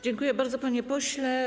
Dziękuję bardzo, panie pośle.